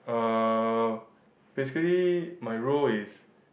uh basically my role is